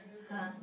!huh!